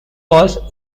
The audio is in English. was